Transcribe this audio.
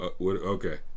Okay